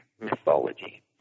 mythology